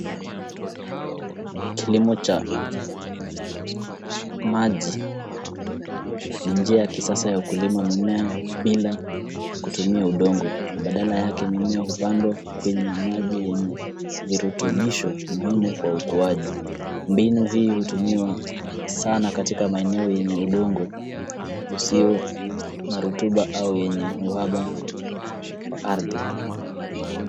Kilimo cha maji, nii njia ya kisasa ya kulima mimea bila kutumia udongo, badala yake mimea hupandwa kwenye maji yenye virutubisho muhimu kwa ukuaji. Mbinu hii hutumiwa sana katika maeneo yenye udongo usio na rutuba au yenye uhaba wa ardhi.